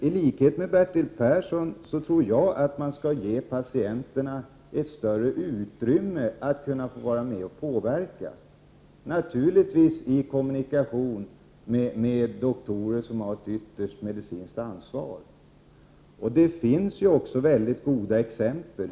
; I likhet med Bertil Persson tror jag att patienterna skall ges ett större SR SEE Grbenfor: utrymme att få vara med och påverka, naturligtvis i kommunikation med doktorer, som har det yttersta medicinska ansvaret. Det finns också goda exempel på detta.